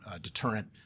deterrent